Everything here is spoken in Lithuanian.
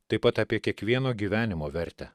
taip pat apie kiekvieno gyvenimo vertę